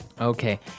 Okay